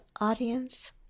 audience